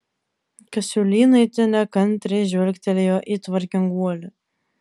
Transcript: kasiulynaitė nekantriai žvilgtelėjo į tvarkinguolį